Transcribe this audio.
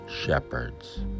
shepherds